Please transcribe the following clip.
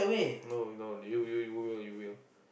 no no you will you will you will